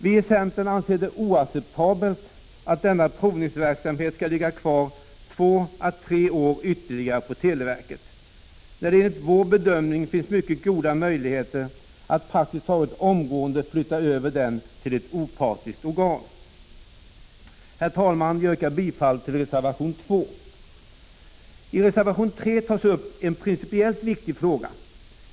Vi i centern anser det oacceptabelt att denna provningsverksamhet skall ligga kvar två tre år ytterligare på televerket, när det enligt vår bedömning finns mycket goda möjligheter att praktiskt taget omgående flytta över den till ett opartiskt organ. Herr talman! Jag yrkar bifall till reservation 2. I reservation 3 tas en principiellt viktig fråga upp.